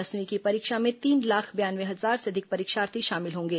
दसवीं की परीक्षा में तीन लाख बयानवे हजार से अधिक परीक्षार्थी शामिल होंगे